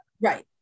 right